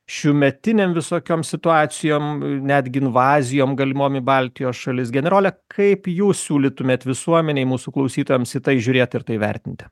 šiųmetinėm visokiom situacijom netgi invazijom galimom į baltijos šalis generole kaip jūs siūlytumėt visuomenei mūsų klausytojams į tai žiūrėt ir tai vertinti